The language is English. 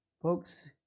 Folks